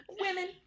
women